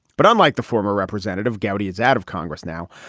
but unlike the former representative gowdy is out of congress now.